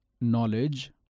knowledge